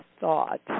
thought